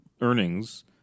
earnings